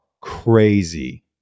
crazy